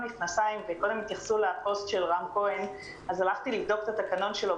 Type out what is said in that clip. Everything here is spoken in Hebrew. קודם התייחסו לפוסט של רם כהן אז הלכתי לבדוק את התקנון שלו.